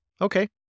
Okay